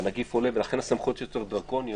שהנגיף עולה ולכן הסמכויות יותר דרקוניות.